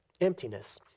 emptiness